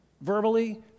verbally